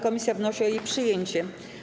Komisja wnosi o jej przyjęcie.